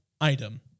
item